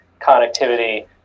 connectivity